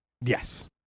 Yes